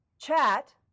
Chat